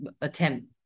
attempt